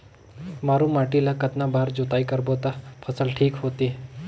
मारू माटी ला कतना बार जुताई करबो ता फसल ठीक होती?